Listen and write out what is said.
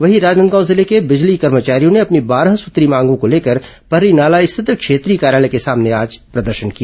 वहीं राजनांदगांव जिले के बिजली कर्मचारियों ने अपनी बारह सूत्रीय मांगों को लेकर पर्रीनाला स्थित क्षेत्रीय कार्यालय के सामने आज प्रदर्शन किया